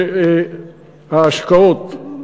ההשקעות,